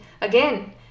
again